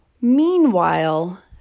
Meanwhile